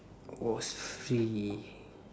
was free